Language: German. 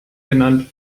genannt